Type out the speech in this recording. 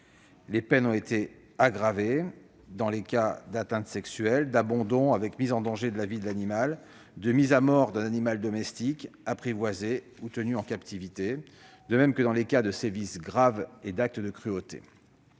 Les peines ont été aggravées dans les cas d'atteintes sexuelles, d'abandon avec mise en danger de la vie de l'animal, de mise à mort d'un animal domestique, apprivoisé ou tenu en captivité, de même que dans les cas de sévices graves ou d'actes de cruauté.